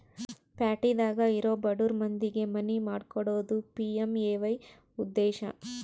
ಪ್ಯಾಟಿದಾಗ ಇರೊ ಬಡುರ್ ಮಂದಿಗೆ ಮನಿ ಮಾಡ್ಕೊಕೊಡೋದು ಪಿ.ಎಮ್.ಎ.ವೈ ಉದ್ದೇಶ